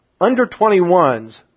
under-21s